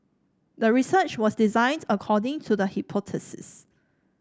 the research was designed according to the hypothesis